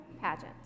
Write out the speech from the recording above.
pageant